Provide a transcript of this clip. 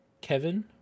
Kevin